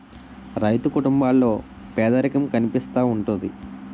రైతు కుటుంబాల్లో పేదరికం కనిపిస్తా ఉంటది